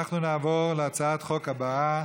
נעבור להצעת החוק הבאה,